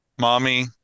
mommy